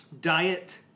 diet